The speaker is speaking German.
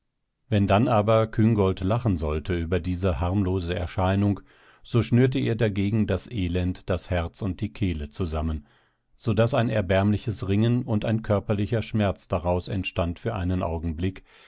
wenn dann aber küngolt lachen sollte über diese harmlose erscheinung so schnürte ihr dagegen das elend das herz und die kehle zusammen so daß ein erbärmliches ringen und ein körperlicher schmerz daraus entstand für einen augenblick